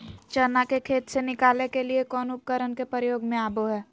चना के खेत से निकाले के लिए कौन उपकरण के प्रयोग में आबो है?